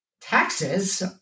taxes